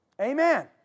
amen